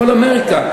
הכול אמריקה.